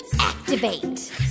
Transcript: activate